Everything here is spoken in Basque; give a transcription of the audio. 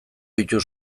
ditu